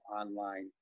online